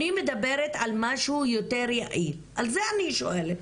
אני מדברת על משהו יותר יעיל, על זה אני שואלת.